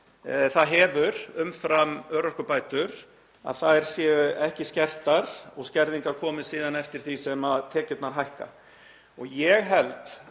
það hefur umfram örorkubætur séu ekki skertar og skerðingar komi síðan eftir því sem tekjurnar hækka.